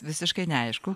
visiškai neaišku